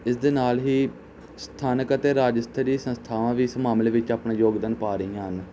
ਇਸ ਦੇ ਨਾਲ ਹੀ ਸਥਾਨਕ ਅਤੇ ਰਾਜਸਥਰੀ ਸੰਸਥਾਵਾਂ ਵੀ ਇਸ ਮਾਮਲੇ ਵਿੱਚ ਆਪਣਾ ਯੋਗਦਾਨ ਪਾ ਰਹੀਆਂ ਹਨ